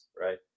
Right